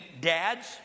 dad's